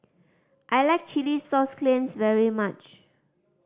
I like chilli sauce clams very much